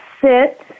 sit